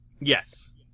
Yes